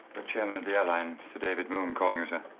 the chairman of the airline, sir david moon, calling you, sir.